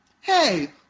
Hey